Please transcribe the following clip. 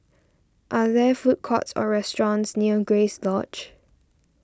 are there food courts or restaurants near Grace Lodge